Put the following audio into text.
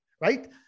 right